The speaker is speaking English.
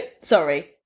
sorry